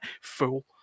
Fool